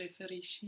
preferisci